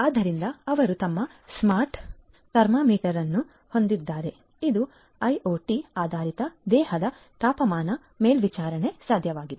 ಆದ್ದರಿಂದ ಅವರು ತಮ್ಮ ಸ್ಮಾರ್ಟ್ ಥರ್ಮಾಮೀಟರ್ ಅನ್ನು ಹೊಂದಿದ್ದಾರೆ ಇದು ಐಒಟಿ ಆಧಾರಿತ ದೇಹದ ತಾಪಮಾನ ಮೇಲ್ವಿಚಾರಣಾ ಸಾಧನವಾಗಿದೆ